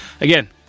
again